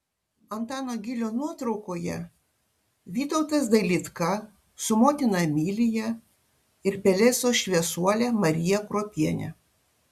antano gylio nuotraukoje vytautas dailidka su motina emilija ir pelesos šviesuole marija kruopiene